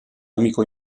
amico